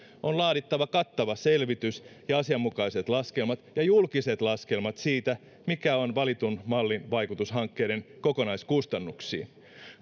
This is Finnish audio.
on laadittava kattava selvitys ja asianmukaiset laskelmat ja julkiset laskelmat siitä mikä on valitun mallin vaikutus hankkeiden kokonaiskustannuksiin